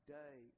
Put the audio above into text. day